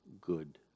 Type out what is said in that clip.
good